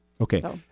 Okay